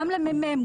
גם למ.מ.מ,